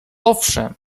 owszem